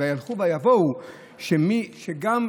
"וילכו ויבאו" כמו